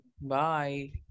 Bye